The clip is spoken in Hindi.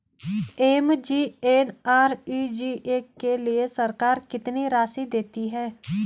एम.जी.एन.आर.ई.जी.ए के लिए सरकार कितनी राशि देती है?